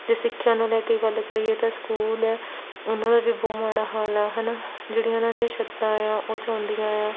ਜੇ ਸਿੱਖਿਆ ਨੂੰ ਲੈ ਕੇ ਗੱਲ ਕਰੀਏ ਤਾਂ ਸਕੂਲ ਹੈ ਉਹਨਾਂ ਦਾ ਵੀ ਬਹੁਤ ਮਾੜਾ ਹਾਲ ਆ ਹੈ ਨਾ ਜਿਹੜੀਆਂ ਉਹਨਾਂ ਦੀਆਂ ਛੱਤਾਂ ਆ ਉਹ ਚੌਂਦੀਆਂ ਆ